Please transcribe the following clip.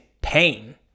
pain